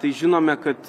tai žinome kad